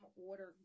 order